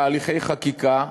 בתהליכי חקיקה,